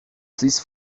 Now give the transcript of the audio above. please